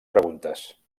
preguntes